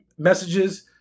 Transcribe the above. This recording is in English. messages